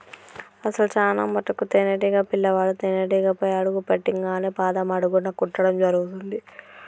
అసలు చానా మటుకు తేనీటీగ పిల్లవాడు తేనేటీగపై అడుగు పెట్టింగానే పాదం అడుగున కుట్టడం జరుగుతుంది